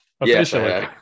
officially